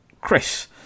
Chris